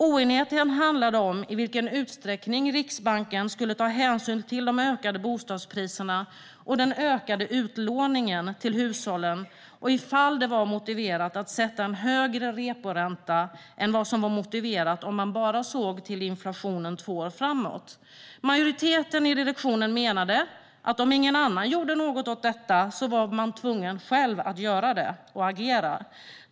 Oenigheten handlade om i vilken utsträckning Riksbanken skulle ta hänsyn till de ökande bostadspriserna och den ökande utlåningen till hushållen och om det var motiverat att sätta en högre reporänta än vad som var motiverat om man bara såg till inflationen två år framåt. Majoriteten i direktionen menade att om ingen annan gjorde något åt detta var man själv tvungen att agera.